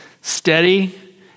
steady